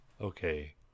okay